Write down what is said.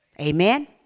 Amen